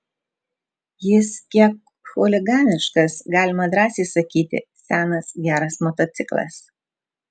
jis kiek chuliganiškas galima drąsiai sakyti senas geras motociklas